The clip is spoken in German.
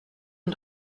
und